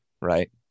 right